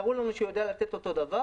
תראו לנו שהוא יודע לתת אותו דבר,